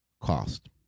cost